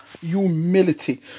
Humility